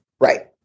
Right